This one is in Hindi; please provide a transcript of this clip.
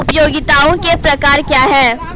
उपयोगिताओं के प्रकार क्या हैं?